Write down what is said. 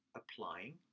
applying